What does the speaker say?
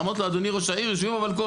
אמרתי לו, אדוני ראש העיר, יושבים בבלקון.